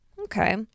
Okay